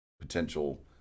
potential